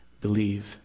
Believe